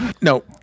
no